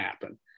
happen